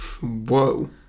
whoa